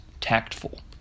tactful